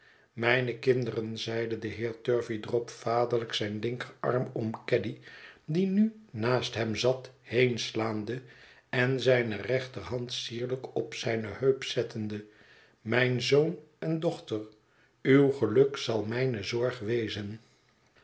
mijne kinderen zeide de heer turveydrop vaderlijk zijn linkerarm om caddy die nu naast hem zat heenslaande en zijne rechterhand sierlijk op zijne heup zettende mijn zoon en dochter uw geluk zal mijne zorg wezen